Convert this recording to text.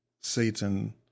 Satan